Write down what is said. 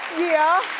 yeah.